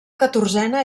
catorzena